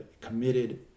committed